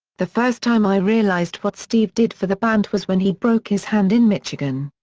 the first time i realized what steve did for the band was when he broke his hand in michigan.